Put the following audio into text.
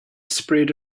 sprayed